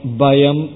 bayam